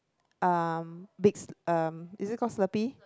um bigs um is it call Slurpee